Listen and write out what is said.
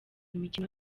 imikino